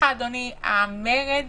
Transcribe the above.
אדוני, המרד